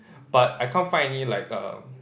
but I can't find any like uh